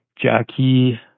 Jackie